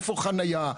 איפה חניה?